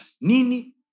Nini